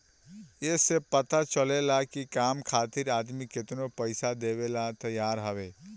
ए से ई पता चलेला की काम खातिर आदमी केतनो पइसा देवेला तइयार हअ